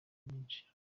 byinshi